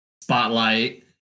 spotlight